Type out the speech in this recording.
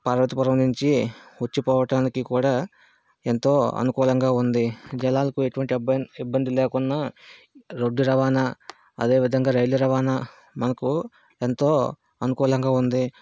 పార్వతీపురం నుంచి వచ్చి పోవటానికి కూడా ఎంతో అనుకూలంగా ఉంది జనాలకు ఎటువంటి అబ్బాన్ ఇబ్బంది లేకుండా రోడ్డు రవాణా అదేవిధంగా రైల్వే రవాణా మనకు ఎంతో అనుకూలంగా ఉంది